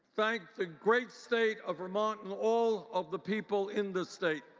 thank the great state of vermont and all of the people in this state.